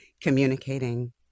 communicating